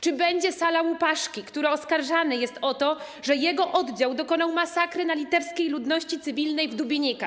Czy będzie sala Łupaszki, który oskarżany jest o to, że jego oddział dokonał masakry na litewskiej ludności cywilnej w Dubinkach?